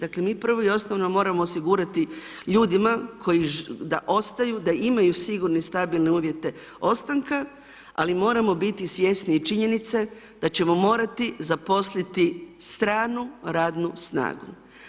Dakle mi prvo i osnovno moramo osigurati ljudima da ostaju, da imaju sigurne stabilne uvjete ostanka, ali moramo biti svjesni i činjenice da ćemo morati zaposliti stranu radnu snagu.